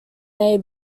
they